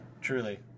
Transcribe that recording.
Truly